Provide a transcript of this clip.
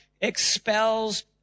expels